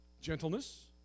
gentleness